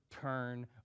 turn